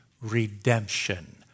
Redemption